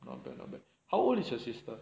not bad not bad how old is your sister